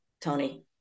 Tony